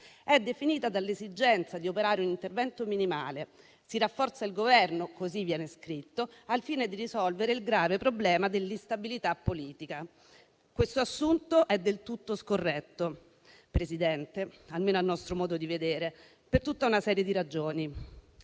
è definita dall'esigenza di operare un intervento minimale: si rafforza il Governo, così viene scritto, al fine di risolvere il grave problema dell'instabilità politica. Questo assunto è del tutto scorretto, signor Presidente, almeno a nostro modo di vedere, per tutta una serie di ragioni.